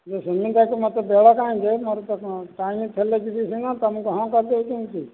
ତୁମେ ସେମିତି ହୋଇକି ମୋତେ ବେଳ କାହିଁ ଯେ ମୋର ତ ଟାଇମ୍ ଥିଲେ ଯିବି ସିନା ତୁମକୁ ହଁ କରିଦେବି କେମିତି